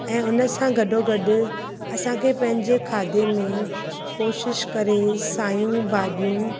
ऐं उन सां गॾोगॾु असां खे पंहिंजे खाधे में कोशिश करे सायूं भाॼियूं